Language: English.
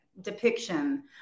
depiction